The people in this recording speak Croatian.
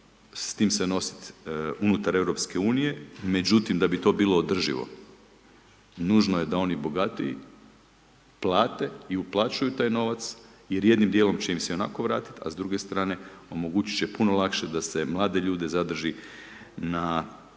s tim se nositi unutar Europske unije, međutim, da bi to bilo održivo, nužno je da oni bogatiji plate i uplaćuju taj novac jer jednim dijelom će im se ionako vratiti a s druge strane omogućiti će puno lakše da se mlade ljude zadrži u